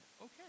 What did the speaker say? okay